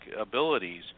abilities